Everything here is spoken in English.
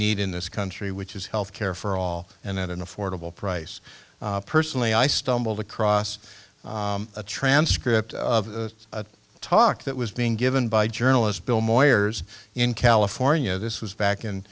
need in this country which is health care for all and at an affordable price personally i stumbled across a transcript of a talk that was being given by journalist bill moyers in california this was back in